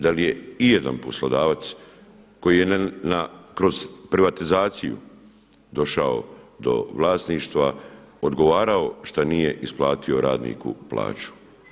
Da li je ijedan poslodavac koji je kroz privatizaciju došao do vlasništva odgovarao što nije isplatio radniku plaću?